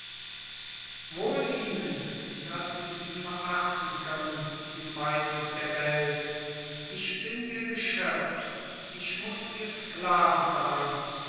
wohl ihnen daß sie sie verachten können die meinung der welt ich bin ihr geschöpf ich muß ihr sklave sein